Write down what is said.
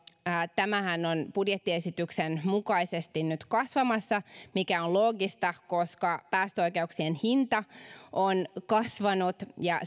tämähän on budjettiesityksen mukaisesti nyt kasvamassa mikä on loogista koska päästöoikeuksien hinta on kasvanut ja